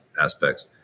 aspects